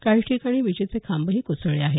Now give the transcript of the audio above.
काही ठिकाणी विजेचे खांबही कोसळले आहेत